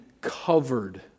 covered